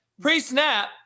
Pre-snap